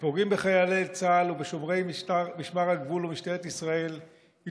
שפוגעים בחיילי צה"ל ובשומרי משמר הגבול ומשטרת ישראל היא